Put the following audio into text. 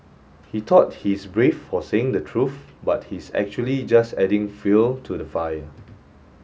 he thought he's brave for saying the truth but he's actually just adding fuel to the fire